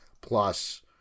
plus